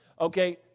Okay